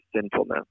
sinfulness